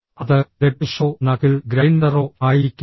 അത് ഡെഡ്ഫിഷോ നക്കിൾ ഗ്രൈൻഡറോ ആയിരിക്കരുത്